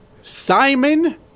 Simon